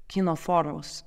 kino formos